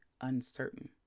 uncertain